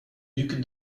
duc